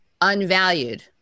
unvalued